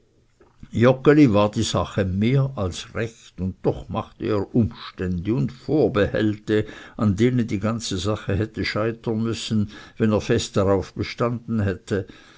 war die ganze sache mehr als recht und doch machte er umstände und vorbehälte an denen die ganze sache hätte scheitern müssen wenn er fest darauf bestanden hätte